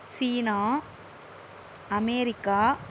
China America